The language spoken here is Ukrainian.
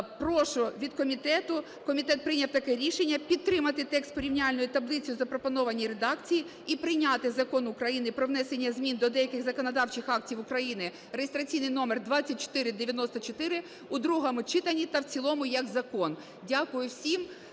прошу від комітету, комітет прийняв таке рішення, підтримати текст порівняльної таблиці в запропонованій редакції і прийняти Закон України про внесення змін до деяких законодавчих актів України (реєстраційний номер 2494) у другому читанні та в цілому як закон. Дякую всім.